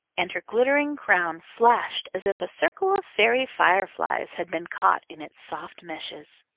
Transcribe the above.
and her glittering crown flashed as if a circle of fairy fireflies had been caught in its soft meshes.